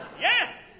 Yes